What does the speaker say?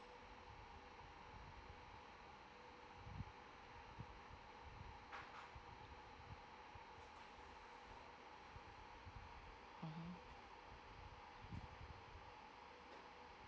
mmhmm